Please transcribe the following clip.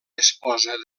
esposa